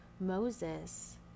Moses